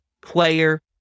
player